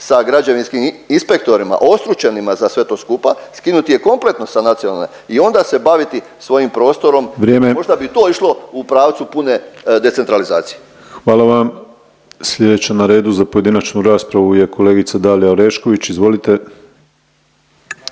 sa građevinskim inspektorima, ostručenima za sve to skupa, skinuti je kompletno sa nacionalne i onda se baviti svojim prostorom. …/Upadica Penava: Vrijeme./… Možda bi to išlo u pravcu pune decentralizacije. **Penava, Ivan (DP)** Hvala vam. Slijedeća na redu za pojedinačnu raspravu je kolegica Dalija Orešković. Izvolite.